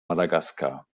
madagaskar